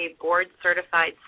board-certified